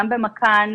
גם במַכַּאן,